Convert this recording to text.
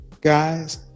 Guys